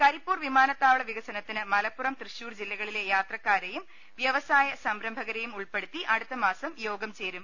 കരിപ്പൂർ വിമാനത്താവള വികസനത്തിന് മലപ്പുറം തൃശൂർ ജില്ലകളിലെ യാത്രക്കാരെയും വ്യവസായ സംരംഭകരെയും ഉൾപ്പെ ടുത്തി അടുത്ത മാസം യോഗം ചേരും